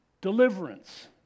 deliverance